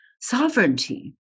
sovereignty